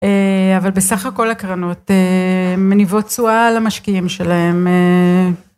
אבל בסך הכל הקרנות מניבות תשואה על המשקיעים שלהם